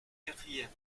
quatrième